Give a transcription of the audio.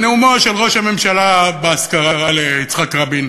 אל נאומו של ראש הממשלה באזכרה ליצחק רבין